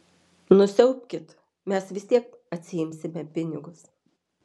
nusiaubkit mes vis tiek atsiimsime pinigus